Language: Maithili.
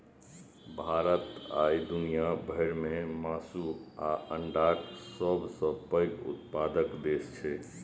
भारत आइ दुनिया भर मे मासु आ अंडाक सबसं पैघ उत्पादक देश छै